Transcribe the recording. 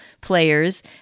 players